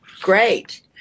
Great